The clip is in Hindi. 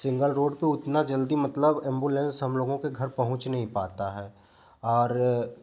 सिंगल रोड तो उतना जल्दी मतलब एम्बुलेंस हम लोगों के घर पहुँच नहीं पाता है और